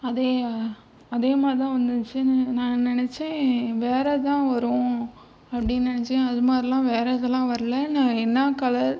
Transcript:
அதே அதே மாதிரிதான் வந்துருந்ச்சு நான் நினைச்சேன் வேறுதான் வரும் அப்படின்னு நினைச்சேன் அது மாதிரிலாம் வேறு இதெல்லாம் வரலை நான் என்ன கலர்